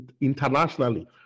internationally